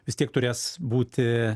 vis tiek turės būti